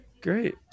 great